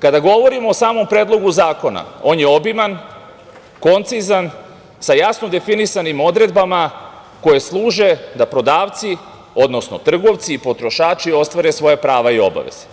Kada govorimo o samom Predlogu zakona, on je obiman, koncizan, sa jasno definisanim odredbama koje služe da prodavci, odnosno trgovci i potrošači ostvare svoja prava i obaveze,